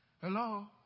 Hello